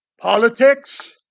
politics